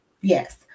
Yes